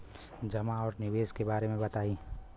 जमा और निवेश के बारे मे बतायी?